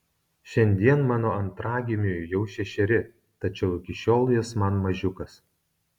šiandien mano antragimiui jau šešeri tačiau iki šiol jis man mažiukas